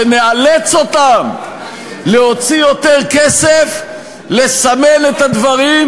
שנאלץ אותם להוציא יותר כסף לסמן את הדברים,